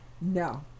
no